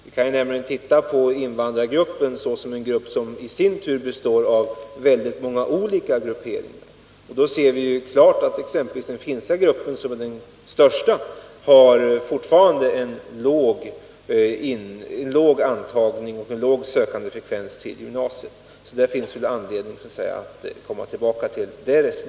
Invandrargruppen kan nämligen ses som en grupp som i sin tur består av väldigt många olika grupperingar. Exempelvis den finska gruppen, som är den största, har fortfarande en låg frekvens av sökande och antagna till gymnasiet. Det finns nog anledning att komma tillbaka till denna fråga.